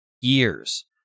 years